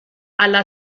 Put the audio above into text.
alla